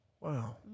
Wow